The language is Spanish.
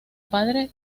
padre